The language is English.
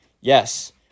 Yes